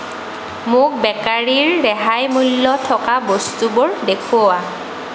মোক বেকাৰীৰ ৰেহাই মূল্য থকা বস্তুবোৰ দেখুওৱা